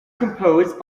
composed